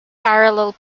parallel